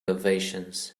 ovations